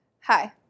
Hi